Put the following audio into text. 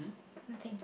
nothing